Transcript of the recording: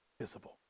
visible